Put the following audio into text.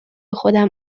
خودم